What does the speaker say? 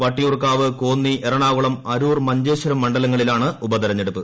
വട്ടിയൂർക്കാവ് കോന്നി എറണാകുളം അരൂർ മഞ്ചേശ്വരം മണ്ഡലങ്ങളിലാണ് ഉപതെരെഞ്ഞെടുപ്പ്